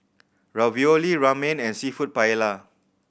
Ravioli Ramen and Seafood Paella